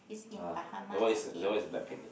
ah that one is a that one is black pig